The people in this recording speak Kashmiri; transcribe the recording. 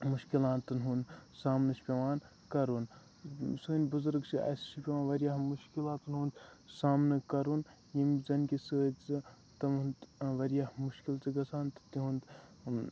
مُشکلاتَن ہُنٛد سامنہٕ چھِ پٮ۪وان کَرُن سٲنۍ بُزرٕگ چھِ اَسہِ چھِ پٮ۪وان واریاہ مُشکلاتَن ہُنٛد سامنہٕ کَرُن یِم زَن کہِ سۭتۍ سُہ تٕہُںٛد واریاہ مُشکل چھِ گژھان تہٕ تِہُںٛد